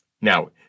Now